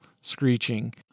screeching